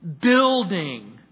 building